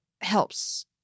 helps